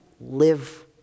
live